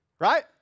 right